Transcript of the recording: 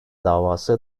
davası